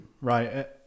Right